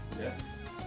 Yes